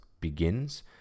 begins